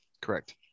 Correct